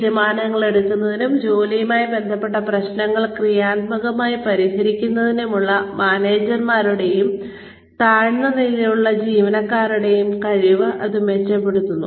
തീരുമാനങ്ങൾ എടുക്കുന്നതിനും ജോലിയുമായി ബന്ധപ്പെട്ട പ്രശ്നങ്ങൾ ക്രിയാത്മകമായി പരിഹരിക്കുന്നതിനുമുള്ള മാനേജർമാരുടെയും താഴ്ന്ന നിലയിലുള്ള ജീവനക്കാരുടെയും കഴിവ് ഇത് മെച്ചപ്പെടുത്തുന്നു